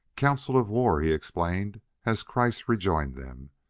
council of war, he explained as kreiss rejoined them,